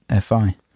FI